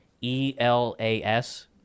E-L-A-S